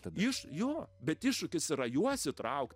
iš jo bet iššūkis yra juos įtrauk